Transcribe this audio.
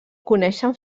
coneixen